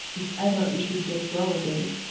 if ever he should get well again,